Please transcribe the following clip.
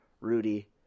Rudy